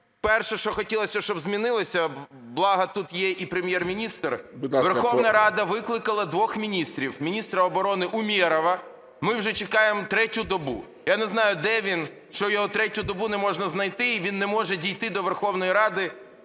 перше, що хотілося, щоб змінилося, благо тут є і Прем'єр-міністр. Верховна Рада викликала двох міністрів. Міністра оборони Умєрова ми вже чекаємо третю добу. Я не знаю, де він, що його третю добу його не можна знайти, і він не може дійти до Верховної Ради,